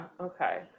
Okay